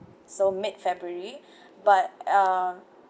so mid-february but uh